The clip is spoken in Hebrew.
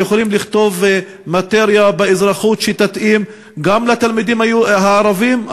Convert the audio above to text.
שיכולים לכתוב מאטריה באזרחות שתתאים גם לתלמידים הערבים,